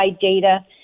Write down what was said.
data